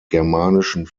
germanischen